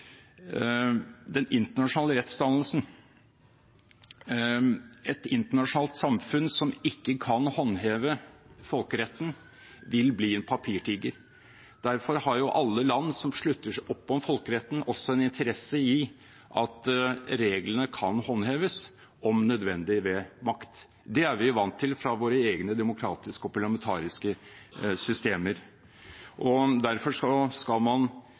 den internasjonale rettsdannelsen. Et internasjonalt samfunn som ikke kan håndheve folkeretten, vil bli en papirtiger. Derfor har alle land som slutter opp om folkeretten, også interesse i at reglene kan håndheves – om nødvendig med makt. Det er vi vant til fra våre egne demokratiske og parlamentariske systemer. Derfor skal man